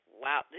wow